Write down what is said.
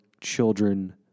children